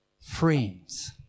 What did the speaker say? friends